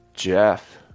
Jeff